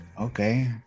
okay